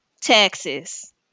Texas